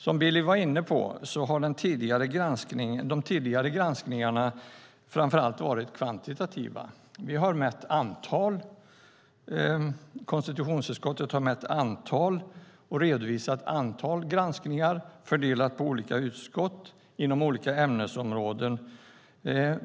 Som Billy var inne på har de tidigare granskningarna framför allt varit kvantitativa. Konstitutionsutskottet har mätt och redovisat antalet granskningar fördelat på olika utskott inom skilda ämnesområden.